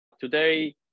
Today